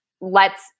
lets